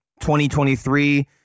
2023